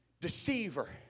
deceiver